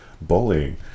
bullying